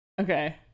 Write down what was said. Okay